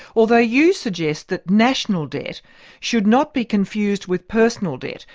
although you suggest that national debt should not be confused with personal debt,